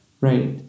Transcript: Right